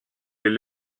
les